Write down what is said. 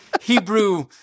Hebrew